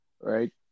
right